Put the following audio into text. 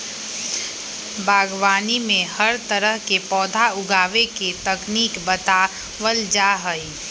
बागवानी में हर तरह के पौधा उगावे के तकनीक बतावल जा हई